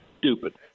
stupid